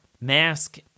mask